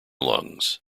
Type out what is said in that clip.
lungs